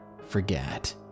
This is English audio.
forget